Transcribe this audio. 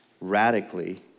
radically